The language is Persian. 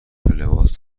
لباس